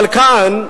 אבל כאן,